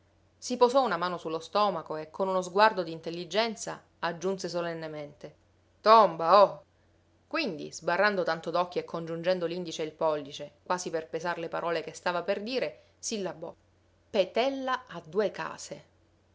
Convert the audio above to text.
si posò una mano su lo stomaco e con uno sguardo d'intelligenza aggiunse solennemente tomba oh quindi sbarrando tanto d'occhi e congiungendo l'indice e il pollice quasi per pesar le parole che stava per dire sillabò petella ha due case